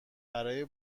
برای